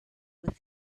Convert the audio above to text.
with